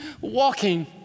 walking